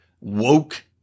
woke